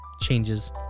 changes